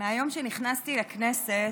מהיום שנכנסתי לכנסת,